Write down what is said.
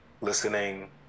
listening